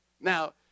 Now